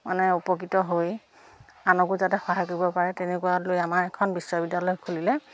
মানে উপকৃত হৈ আনকো যাতে সহায় কৰিব পাৰে তেনেকুৱা লৈ আমাৰ এখন বিশ্ববিদ্যালয় খুলিলে